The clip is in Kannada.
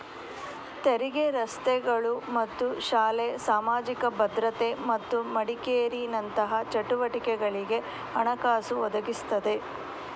ತೆರಿಗೆ ರಸ್ತೆಗಳು ಮತ್ತು ಶಾಲೆ, ಸಾಮಾಜಿಕ ಭದ್ರತೆ ಮತ್ತು ಮೆಡಿಕೇರಿನಂತಹ ಚಟುವಟಿಕೆಗಳಿಗೆ ಹಣಕಾಸು ಒದಗಿಸ್ತದೆ